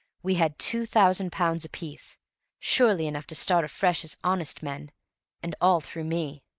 we had two thousand pounds apiece surely enough to start afresh as honest men and all through me!